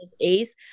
Ace